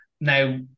Now